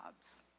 jobs